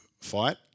fight